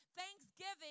thanksgiving